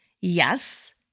Yes